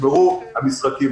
נגמרו המשחקים.